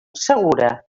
segura